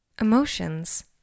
Emotions